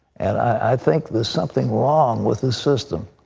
and i think there is something wrong with this system,